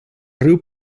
riu